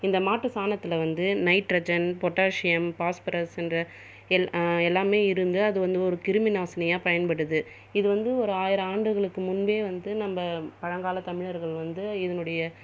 இந்த மாட்டு சாணத்தில் வந்து நைட்ரஜன் பொட்டாஷியம் பாஸ்ஃபரஸ் என்ற எல் எல்லாமே இருந்து அது வந்து ஒரு கிருமி நாசினியாக பயன்படுது இது வந்து ஒரு ஆயிரம் ஆண்டுகளுக்கு முன்பே வந்து நம்ம பழங்கால தமிழர்கள் வந்து இதனுடைய